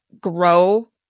grow